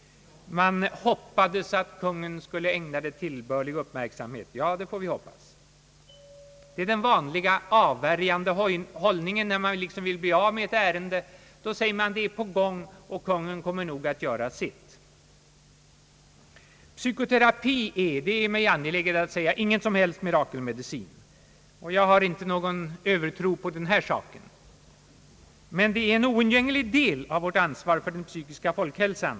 Man hoppades att Kungl. Maj:t skulle ägna frågan tillbörlig uppmärksamhet. Ja, det får vi hoppas. Men här mötte den vanliga avvärjande hållningen; när man vill bli av med ett ärende säger man att det är på gång och att Kungl. Maj:t nog kommer att göra sitt. Psykoterapi är — det är mig angeläget att säga — ingen som helst mirakelmedicin. Jag har ingen övertro härvidlag, men psykoterapin är en oundgänglig del av vårt ansvar för den psykiska folkhälsan.